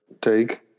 take